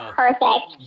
perfect